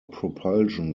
propulsion